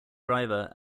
driver